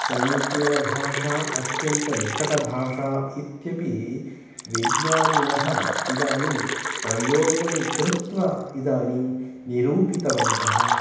समीचीनभाषा अत्यन्तनिकटभाषा इत्यपि विज्ञानिनः इदानीं प्रयोगं कृत्वा इदानीं निरूपितवन्तः